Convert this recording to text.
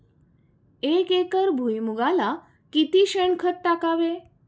एक एकर भुईमुगाला किती शेणखत टाकावे?